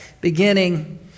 beginning